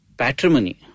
patrimony